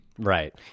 Right